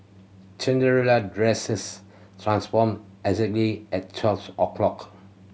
Cinderella dresses transformed exactly at twelfth o' clock